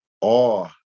awe